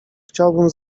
chciałbym